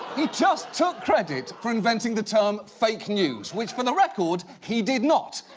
he just took credit for inventing the term fake news, which, for the record, he did not,